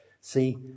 See